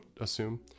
assume